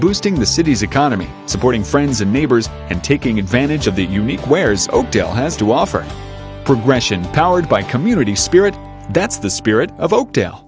boosting the city's economy supporting friends and neighbors and taking advantage of the unique wares odel has to offer progression powered by community spirit that's the spirit of oakdale